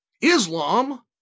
Islam